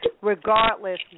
regardless